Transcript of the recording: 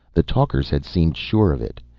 the talkers had seemed sure of it.